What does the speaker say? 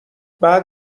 بعد